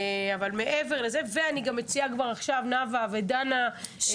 אבל מעבר לזה, אני מציעה כבר עכשיו, נאווה ושלי,